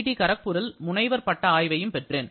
D கரக்பூரில் முனைவர் பட்ட ஆய்வையும் பெற்றேன்